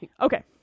okay